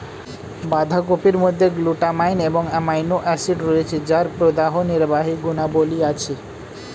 বাঁধাকপির মধ্যে গ্লুটামাইন এবং অ্যামাইনো অ্যাসিড রয়েছে যার প্রদাহনির্বাহী গুণাবলী আছে